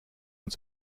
uns